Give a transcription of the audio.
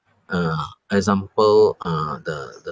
uh example uh the the